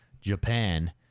Japan